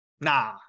Nah